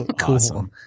Cool